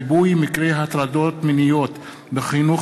הכנסת קארין אלהרר בנושא: ריבוי מקרי הטרדות מיניות בחינוך